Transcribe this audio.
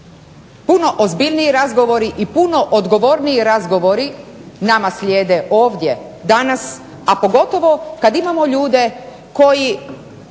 Puno ozbiljniji razgovori i puno odgovorniji razgovori nama slijede ovdje danas a pogotovo kada imamo ljude koji